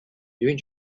during